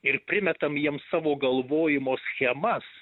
ir primetam jiems savo galvojimo schemas